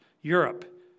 Europe